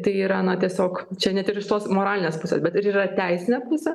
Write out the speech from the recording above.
tai yra na tiesiog čia ne ir visos moralinės pusės bet ir yra teisinė apklausa